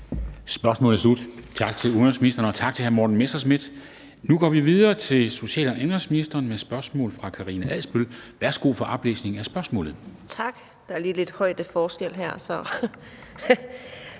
Spørgsmålet er slut. Tak til udenrigsministeren, og tak til hr. Morten Messerschmidt. Nu går vi videre til social- og indenrigsministeren med spørgsmål fra Karina Adsbøl. Kl. 13:14 Spm. nr. S 719 3) Til social-